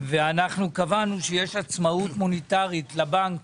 ואנחנו קבענו שיש עצמאות מוניטרית לבנק